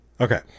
Okay